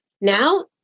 Now